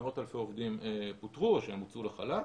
מאות אלפי עובדים פוטרו או שהוצאו לחל"ת,